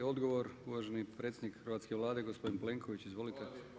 I odgovor, uvaženi predsjednik hrvatske Vlade, gospodin Plenković, izvolite.